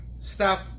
stop